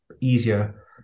easier